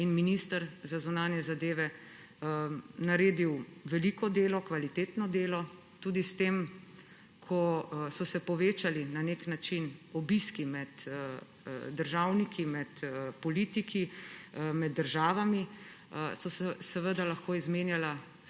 in minister za zunanje zadeve naredil veliko delo, kvalitetno delo tudi s tem, ko so se povečali obiski med državniki, med politiki, med državami, lahko so se izmenjala